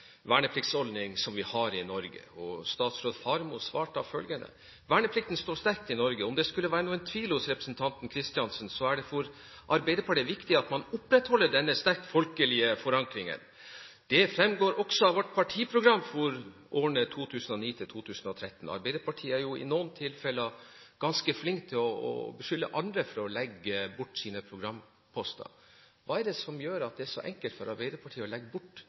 vernepliktsordning som vi har i Norge?» Statsråd Faremo svarte da følgende: «Verneplikten står sterkt i Norge. Om det skulle være noen tvil hos representanten Kristiansen, så er det for Arbeiderpartiet viktig at man opprettholder denne sterke folkelige forankringen. Det framgår også av vårt partiprogram for perioden 2009–2013.» Arbeiderpartiet er jo i noen tilfeller ganske flink til å beskylde andre for å legge bort sine programposter. Hva er det som gjør at det er så enkelt for Arbeiderpartiet å legge bort